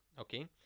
Okay